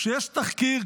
כשיש תחקיר,